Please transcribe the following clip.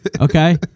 okay